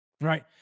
right